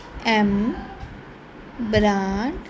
M brand